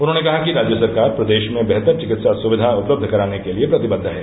उन्हॉने कहा कि राज्य सरकार प्रदेश में बेहतर चिकित्सा सुक्या उपलब्ध कराने के लिये प्रतिबद्द है